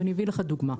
ואני אביא לך דוגמא.